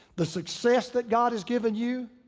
the success that god has given you,